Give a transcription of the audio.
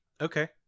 Okay